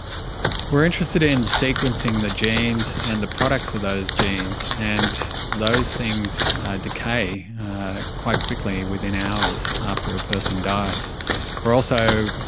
we're interested in sequencing the genes and the products of those genes, and those things decay quite quickly within hours after a person dies. we are also